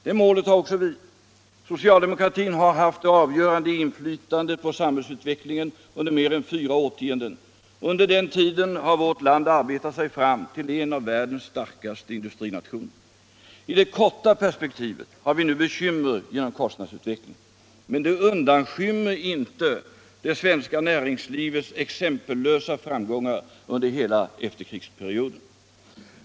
Det målet har också vi. Socialdemokratin har haft det avgörande inflytandet på samhällsutvecklingen under mer än fyra årtionden, och under den tiden har vårt land arbetat sig fram till att bli en av världens starkaste industrinationer. I det korta perspektivet har vi nu bekymmer genom kostnadsutvecklingen. Men det undanskymmer inte det svenska näringslivets exempellösa framgångar under hela efterkrigsperioden.